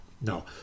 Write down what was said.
No